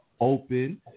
open